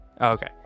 okay